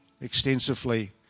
extensively